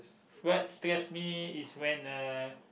what stress me is when uh